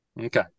Okay